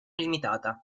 limitata